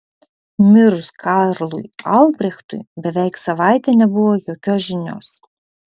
mirus karlui albrechtui beveik savaitę nebuvo jokios žinios